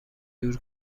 دور